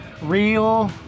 real